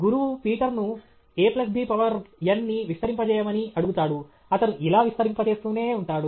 గురువు పీటర్ను ab power n ని విస్తరింపజేయమని అడుగుతాడు అతను ఇలా విస్తరింపచేస్తూనే ఉంటాడు